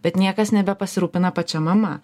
bet niekas nebepasirūpina pačia mama